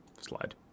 Slide